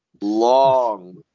Long